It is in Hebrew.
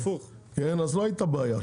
אז לא הייתה בעיה.